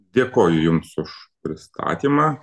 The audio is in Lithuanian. dėkoju jums už pristatymą